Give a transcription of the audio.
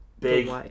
Big